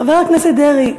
חבר הכנסת דרעי,